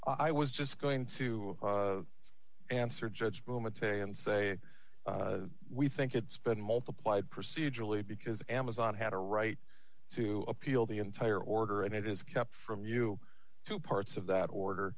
i was just going to answer judgment day and say we think it's been multiplied procedurally because amazon had a right to appeal the entire order and it is kept from you two parts of that order